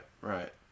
right